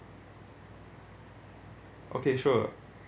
okay sure